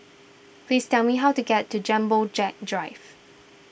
please tell me how to get to Jumbo Jet Drive